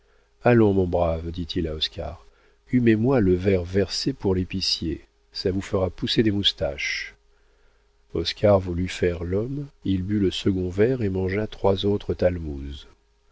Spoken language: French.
allons mon brave dit-il à oscar humez moi le verre versé pour l'épicier ça vous fera pousser des moustaches oscar voulut faire l'homme il but le second verre et mangea trois autres talmouses